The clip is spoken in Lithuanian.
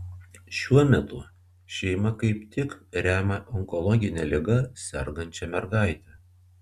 šiuo metu šeima kaip tik remia onkologine liga sergančią mergaitę